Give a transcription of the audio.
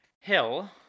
Hill